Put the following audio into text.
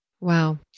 Wow